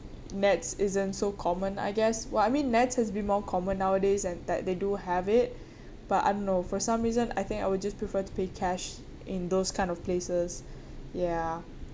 NETS isn't so common I guess well I mean NETS has be more common nowadays and that they do have it but I don't know for some reason I think I would just prefer to pay cash in those kind of places ya